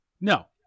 No